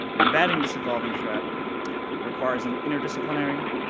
combating this evolving threat requires an interdisciplinary,